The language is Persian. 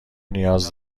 نیاز